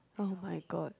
oh my god